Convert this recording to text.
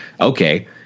okay